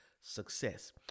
success